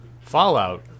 Fallout